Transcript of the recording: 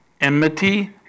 enmity